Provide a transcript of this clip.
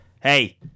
Hey